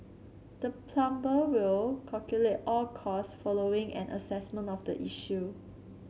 the plumber will calculate all cost following an assessment of the issue